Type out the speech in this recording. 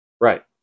Right